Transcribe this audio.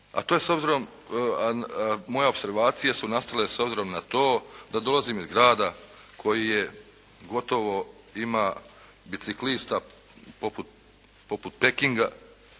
moje opservacije su nastale s obzirom na to da dolazim iz grada koji je gotovo ima biciklista poput Pekinga,